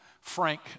Frank